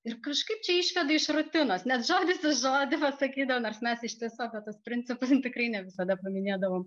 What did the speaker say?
ir kažkaip čia išveda iš rutinos net žodis į žodį vat sakydavo nors mes iš tiesų apie tuos principus nu tikrai ne visada paminėdavom